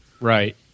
Right